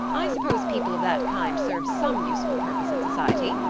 i suppose people of that kind serve some useful purpose in society,